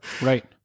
Right